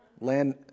Land